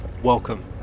Welcome